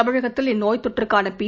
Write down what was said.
தமிழகத்தில் இந்நோய்த்தொற்றுக்கானபி